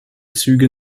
züge